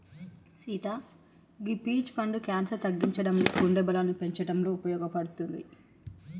సీత గీ పీచ్ పండు క్యాన్సర్ తగ్గించడంలో గుండె బలాన్ని పెంచటంలో ఉపయోపడుతది